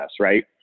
right